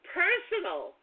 personal